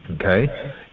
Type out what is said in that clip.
Okay